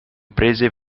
prese